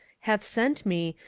hath sent me,